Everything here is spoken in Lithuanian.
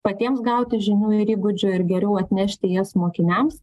patiems gauti žinių ir įgūdžių ir geriau atnešti jas mokiniams